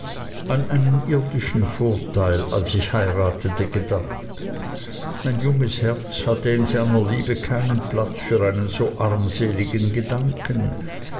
an einen irdischen vorteil als ich heiratete gedacht mein junges herz hatte in seiner liebe keinen platz für einen so armseligen gedanken